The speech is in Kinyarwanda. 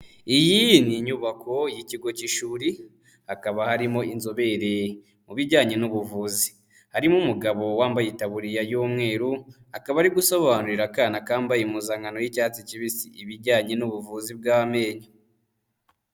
Iyi ni inyubako y'ikigo cy'ishuri hakaba harimo inzobere mu bijyanye n'ubuvuzi, harimo umugabo wambaye itaburiya y'umweru akaba ari gusobanurira akana kambaye impuzankano y'icyatsi kibisi ibijyanye n'ubuvuzi bw'amenyo.